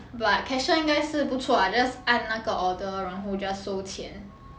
but cashier 应该是不错啊 just 按那个 order 然后 just 收钱